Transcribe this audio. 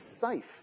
safe